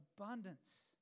abundance